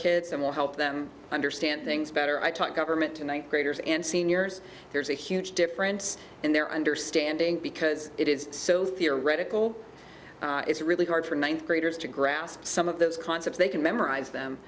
kids and will help them understand things better i talk government to ninth graders and seniors there's a huge difference in their understanding because it is so theoretical it's really hard for ninth graders to grasp some of those concepts they can memorize them